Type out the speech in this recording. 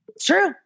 True